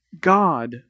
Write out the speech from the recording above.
God